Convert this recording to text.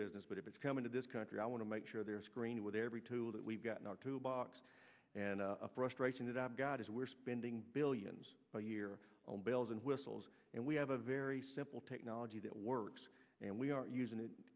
business but if it's coming to this country i want to make sure their screen with every tool that we've got not to box and a frustrating that i've got is we're spending billions a year on bells and whistles and we have a very simple technology that works and we are using it